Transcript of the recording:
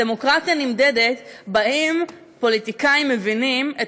הדמוקרטיה נמדדת בשאלה אם פוליטיקאים מבינים את